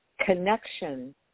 Connection